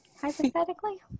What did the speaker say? hypothetically